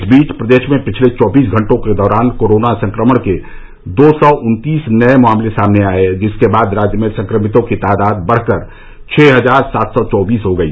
इस बीच प्रदेश में पिछले चौबीस घंटों के दौरान कोरोना संक्रमण के दो सौं उन्तीस नए मामले सामने आये जिसके बाद राज्य में संक्रमितों की तादाद बढ़कर छः हजार सात सौ चौबीस हो गई